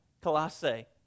Colossae